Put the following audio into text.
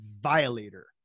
violator